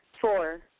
Four